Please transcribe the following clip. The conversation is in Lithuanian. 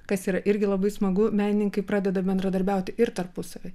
kas yra irgi labai smagu menininkai pradeda bendradarbiauti ir tarpusavy